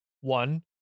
one